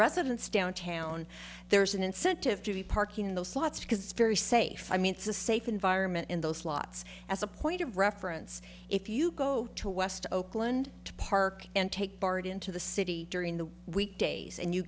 residents downtown there's an incentive to be parking in those slots because it's very safe i mean it's a safe environment in those slots as a point of reference if you go to west oakland to park and take bart into the city during the weekdays and you